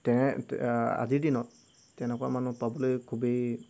আজিৰ দিনত তেনেকুৱা মানুহ পাবলৈ খুবেই